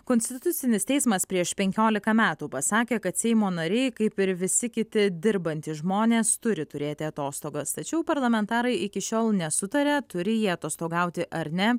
konstitucinis teismas prieš penkiolika metų pasakė kad seimo nariai kaip ir visi kiti dirbantys žmonės turi turėti atostogas tačiau parlamentarai iki šiol nesutaria turi jie atostogauti ar ne